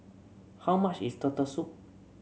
how much is Turtle Soup